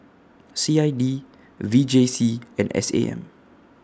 C I D V J C and S A M